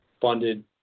funded